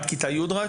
רק עד כיתה י'?